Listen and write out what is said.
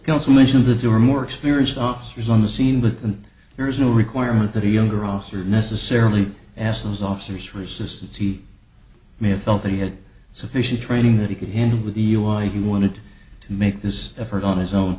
also mentioned that there were more experienced officers on the scene but then there is no requirement that the younger officers necessarily ask those officers resistance he may have felt that he had sufficient training that he could handle with the u i he wanted to make this effort on his own